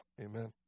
amen